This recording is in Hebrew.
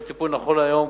נכון להיום,